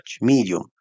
medium